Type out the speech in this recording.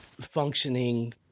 functioning